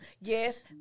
Yes